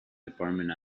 department